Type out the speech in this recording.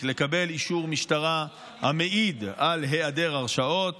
לקבל אישור משטרה המעיד על היעדר הרשעות